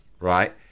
right